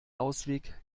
ausweg